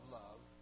love